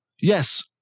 Yes